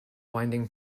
winding